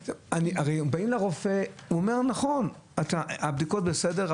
הם באים לרופא והוא אומר שהבדיקות בסדר,